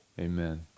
amen